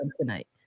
tonight